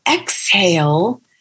exhale